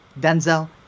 Denzel